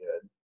good